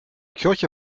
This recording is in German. kirche